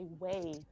away